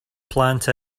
plant